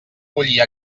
bullir